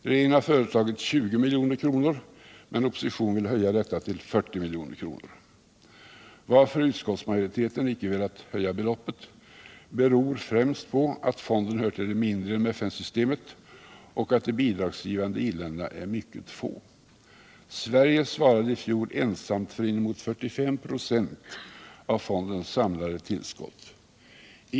Regeringen har föreslagit 20 milj.kr., men oppositionen vill höja detta belopp till 40 milj.kr. Att utskottsmajoriteten inte har velat höja beloppet beror främst på att fonden hör till de mindre inom FN-systemet och att de bidragsgivande i-länderna är mycket få. Sverige svarade i fjol ensamt för inemot 45 96 av fondens samlade tillskott.